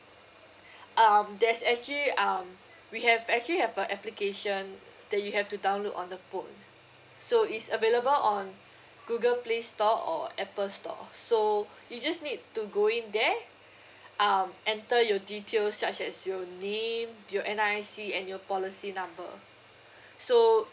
um there's actually um we have actually have a application that you have to download on the phone so it's available on google play store or apple store so you just need to go in there um enter your details such as your name your N_R_I_C and your policy number so